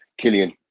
Killian